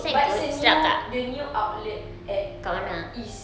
but is a new the new outlet at uh east